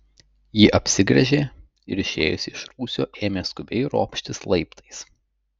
ji apsigręžė ir išėjusi iš rūsio ėmė skubiai ropštis laiptais